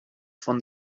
von